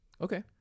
Okay